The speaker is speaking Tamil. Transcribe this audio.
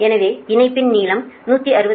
எனவே இணைப்பின் நீளம் 160 கிலோ மீட்டர்